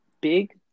big